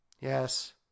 Yes